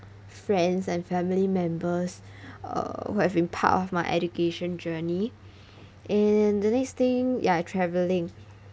friends and family members uh who have been part of my education journey and the next thing ya traveling